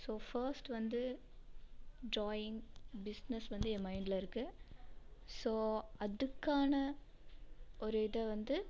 so first வந்து drawing business வந்து என் மைண்டில் இருக்குது ஸோ அதுக்கான ஒரு இதை வந்து